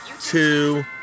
two